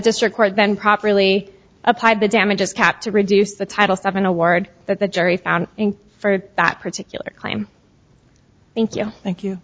district court then properly applied the damages cap to reduce the titles of an award that the jury found for that particular claim thank you